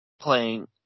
playing